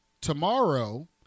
tomorrow